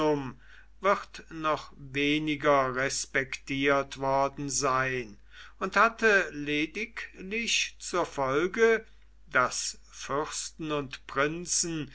wird noch weniger respektiert worden sein und hatte lediglich zur folge daß fürsten und prinzen